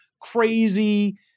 crazy